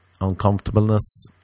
uncomfortableness